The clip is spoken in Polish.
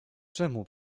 czemu